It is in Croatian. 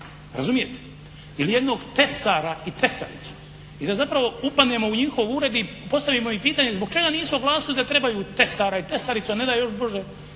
Razumijete? Ili jednog tesara i tesaricu i da zapravo upadnemo u njihov ured i postavimo im pitanje zbog čega nisu oglasili da trebaju tesara i tesaricu, a ne da još brže,